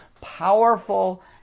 powerful